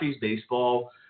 Baseball